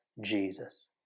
Jesus